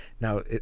now